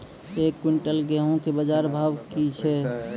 एक क्विंटल गेहूँ के बाजार भाव की छ?